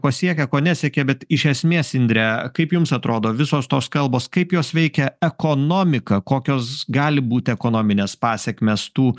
pasiekia ko nesekė bet iš esmės indre kaip jums atrodo visos tos kalbos kaip jos veikia ekonomiką kokios gali būti ekonominės pasekmės tų